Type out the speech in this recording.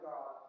God